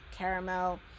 Caramel